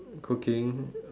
cooking